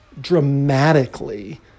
dramatically